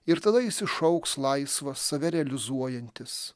ir tada jis išaugs laisvas save realizuojantis